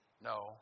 No